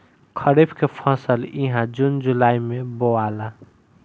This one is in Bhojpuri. खरीफ के फसल इहा जून जुलाई में बोआला